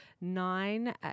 nine